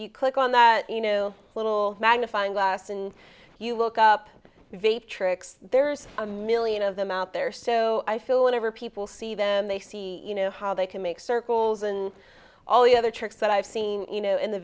you click on that you know little magnifying glass and you look up vague tricks there's a million of them out there so i feel whenever people see them they see you know how they can make circles and all the other tricks that i've seen you know in the